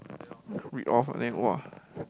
read off then !wah!